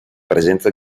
presenza